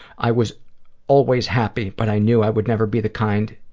i was always happy, but i knew i would never be the kind